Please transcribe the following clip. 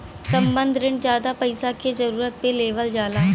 संबंद्ध रिण जादा पइसा के जरूरत पे लेवल जाला